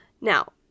Now